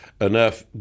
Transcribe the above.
enough